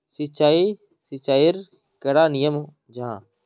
सिंचाई सिंचाईर कैडा नियम जाहा?